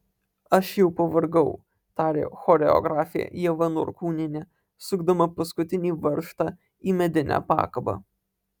aš jau pavargau tarė choreografė ieva norkūnienė sukdama paskutinį varžtą į medinę pakabą